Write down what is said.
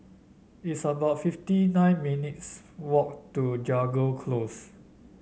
it's about fifty nine minutes' walk to Jago Close